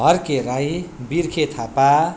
Harke Rai Birkhe Thapa